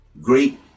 great